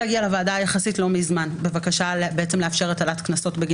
יחסית לא מזמן התחילו להגיע לוועדה בקשות לאפשר העלאת קנסות.